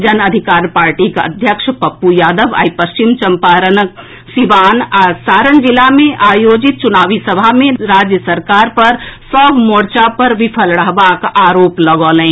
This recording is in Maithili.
जन अधिकार पार्टीक अध्यक्ष पप्पू यादव आई पश्चिम चम्पारण सीवान आ सारण जिला मे आयोजित चुनावी सभा मे राज्य सरकार पर सभ मोर्चा पर विफल रहबाक आरोप लगौलनि